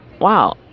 wow